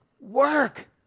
work